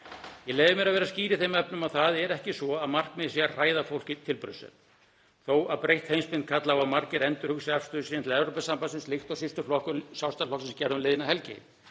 Ég leyfi mér að vera skýr í þeim efnum að það er ekki svo að markmiðið sé að hræða fólk til Brussel þó að breytt heimsmynd kalli á að margir endurhugsi afstöðu sína til Evrópusambandsins, líkt og systurflokkur Sjálfstæðisflokksins gerði um liðna helgi.